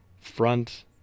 front